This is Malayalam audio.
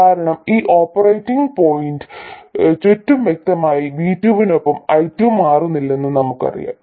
കാരണം ഈ ഓപ്പറേറ്റിംഗ് പോയിന്റിന് ചുറ്റും വ്യക്തമായി V2 നൊപ്പം I2 മാറുന്നില്ലെന്ന് നമുക്കറിയാം